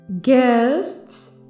Guests